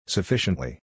Sufficiently